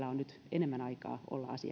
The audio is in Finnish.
enemmän aikaa olla